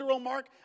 mark